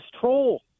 troll